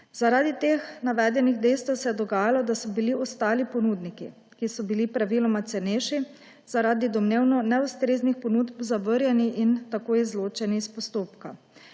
Zaradi teh navedenih dejstev se je dogajalo, da so bili ostali ponudniki, ki so bili praviloma cenejši, zaradi domnevno neustreznih ponudb zavrnjeni in tako izločeni iz postopka.